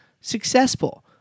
successful